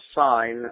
sign